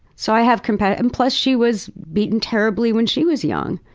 so i have compassion. and plus she was beaten terribly when she was young.